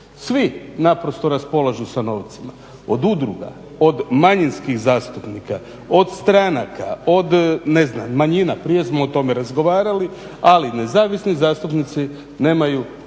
Svi raspolažu novcima od udruga, od manjinskih zastupnika, od stranaka, od manjina prije smo o tome razgovarali ali nezavisni zastupnici nemaju apsolutno